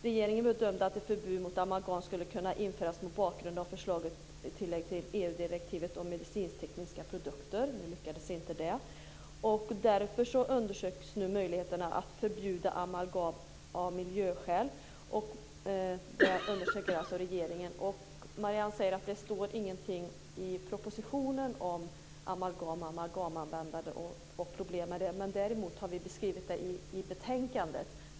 Regeringen bedömde att ett förbud mot amalgam skulle kunna införas mot bakgrund av ett föreslaget tillägg till EU-direktivet om medicintekniska produkter. Nu lyckades inte det. Därför undersöks nu möjligheterna att förbjuda amalgam av miljöskäl. Detta undersöker alltså regeringen. Marianne säger att det står ingenting i propositionen om amalgam, amalgamanvändande och problem med det. Däremot har vi beskrivit det i betänkandet.